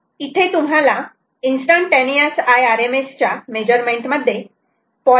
इथे तुम्हाला instantaneous Irms च्या मेजरमेंट मध्ये ०